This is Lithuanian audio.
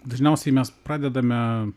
dažniausiai mes pradedame